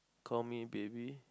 call me baby